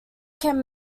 can